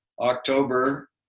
October